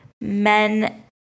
men